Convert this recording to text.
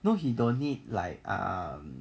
no he don't need like um